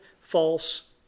false